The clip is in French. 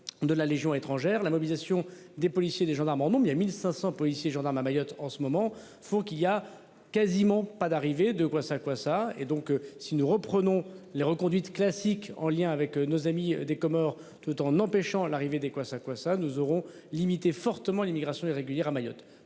de la Légion étrangère, la mobilisation des policiers, des gendarmes en non mais il y a 1500 policiers gendarmes à Mayotte en ce moment faut qu'il y a quasiment pas d'arriver de kwassa-kwassa et donc si nous reprenons les reconduites classique en lien avec nos amis des Comores tout en empêchant l'arrivée des kwassa-kwassa nous aurons limiter fortement l'immigration irrégulière à Mayotte.